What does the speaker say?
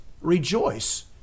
rejoice